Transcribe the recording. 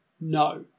No